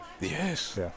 Yes